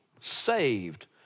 saved